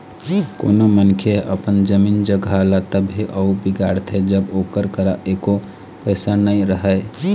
कोनो मनखे ह अपन जमीन जघा ल तभे अउ बिगाड़थे जब ओकर करा एको पइसा नइ रहय